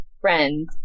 friends